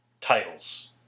titles